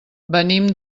venim